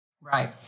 Right